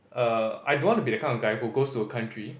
uh I don't want to be that kind of guy who goes to a country